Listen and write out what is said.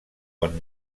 quan